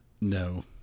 No